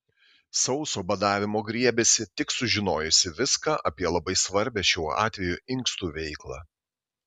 sauso badavimo griebėsi tik sužinojusi viską apie labai svarbią šiuo atveju inkstų veiklą